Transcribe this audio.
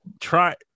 Try